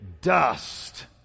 dust